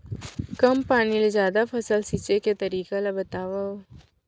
कम पानी ले जादा फसल सींचे के तरीका ला बतावव?